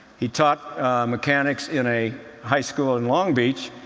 he taught mechanics in a high school in long beach,